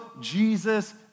Jesus